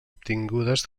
obtingudes